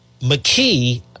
McKee